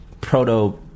proto